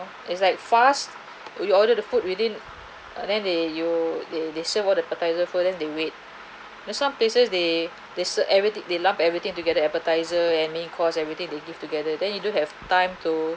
it's like fast you order the food within uh then then you they they serve all the appetizer first then they wait there's some places they they ser~ everyt~ they lump everything together appetizer and main course everything they give together then you don't have time to